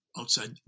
outside